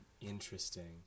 Interesting